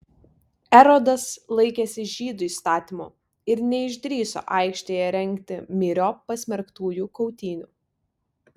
erodas laikėsi žydų įstatymo ir neišdrįso aikštėje rengti myriop pasmerktųjų kautynių